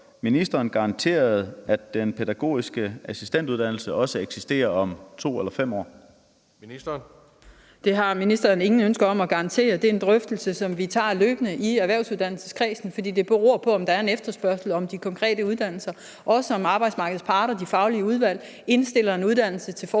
Ministeren for børn, undervisning og ligestilling (Ellen Trane Nørby): Det har ministeren intet ønske om at garantere. Det er en drøftelse, som vi tager løbende i erhvervsuddannelseskredsen, for det beror på, om der er en efterspørgsel af de konkrete uddannelser og også, om arbejdsmarkedets parter, de faglige udvalg, indstiller en uddannelse til fortsættelse